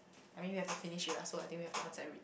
I mean we have to finish it lah so I think we have to answer every